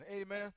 Amen